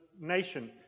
nation